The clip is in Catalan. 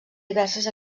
diverses